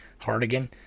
Hardigan